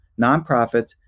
nonprofits